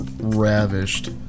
Ravished